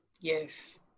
Yes